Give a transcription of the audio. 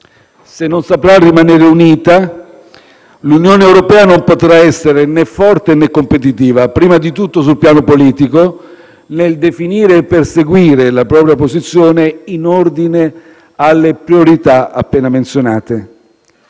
Se non saprà rimanere unita, l'Unione europea non potrà essere né forte, né competitiva, prima di tutto sul piano politico, nel definire e perseguire la propria posizione in ordine alle priorità appena menzionate,